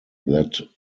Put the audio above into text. that